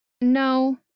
No